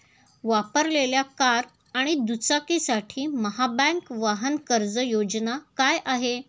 वापरलेल्या कार आणि दुचाकीसाठी महाबँक वाहन कर्ज योजना काय आहे?